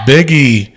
Biggie